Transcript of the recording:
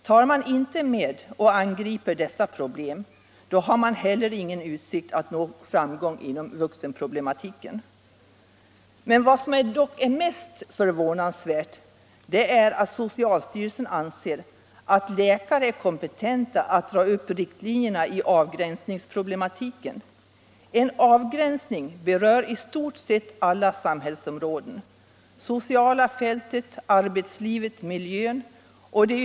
Om man inte angriper dessa problem, har man heller ingen utsikt att nå framgång inom vuxenproblematiken. Det mest förvånansvärda är emellertid att socialstyrelsen anser att läkare är kompetenta att dra upp riktlinjerna i avgränsningsproblematiken. En avgränsning berör i stort sett alla samhällsområden: det sociala fältet, arbetslivet, miljön, osv.